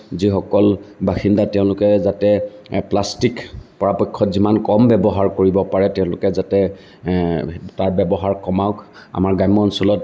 যিসকল বাসিন্দা তেওঁলোকে যাতে প্লাষ্টিক পৰাপক্ষত যিমান কম ব্যৱহাৰ কৰিব পাৰে তেওঁলোকে যাতে তাৰ ব্যৱহাৰ কমাওক আমাৰ গ্ৰাম্য অঞ্চলত